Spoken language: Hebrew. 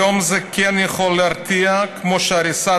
היום זה כן יכול להרתיע כמו שהריסת